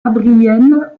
adrienne